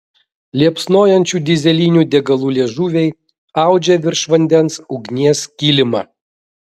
liepsnojančių dyzelinių degalų liežuviai audžia virš vandens ugnies kilimą